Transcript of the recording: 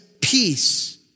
peace